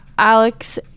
Alex